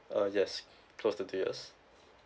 uh yes close to two years